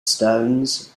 stones